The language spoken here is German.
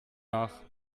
nach